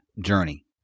journey